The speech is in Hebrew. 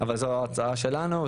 אבל זו ההצעה שלנו.